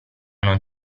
non